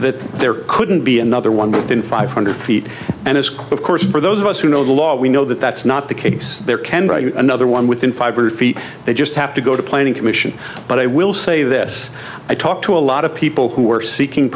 that there couldn't be another one in five hundred feet and as quick question for those of us who know the law we know that that's not the case there can buy another one within five hundred feet they just have to go to planning commission but i will say this i talked to a lot of people who are seeking